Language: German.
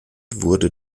wurde